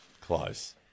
Close